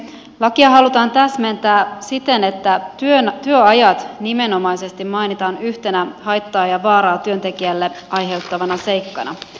lakia halutaan täsmentää siten että työajat nimenomaisesti mainitaan yhtenä haittaa ja vaaraa työntekijälle aiheuttavana seikkana